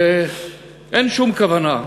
שאין שום כוונה,